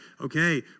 okay